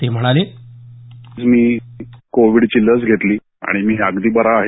ते म्हणाले मी कोविडची लसं घेतली आणि मी अगदी बरा आहे